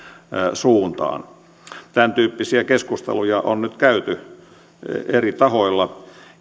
suuntaan tämäntyyppisiä keskusteluja on nyt käyty eri tahoilla